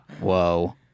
Whoa